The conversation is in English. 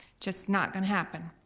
just not gonna happen.